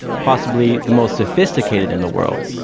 possibly the most sophisticated in the world,